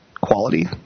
quality